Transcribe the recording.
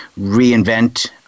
reinvent